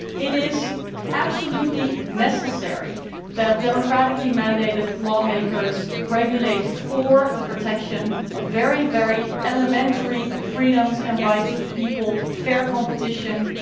it is absolutely necessary that democratically-mandated lawmakers regulate for the protection of very, very elementary freedoms and rights of people, fair competition